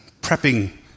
prepping